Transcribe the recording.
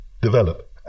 develop